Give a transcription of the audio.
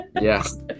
Yes